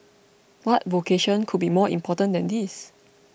what vocation could be more important than this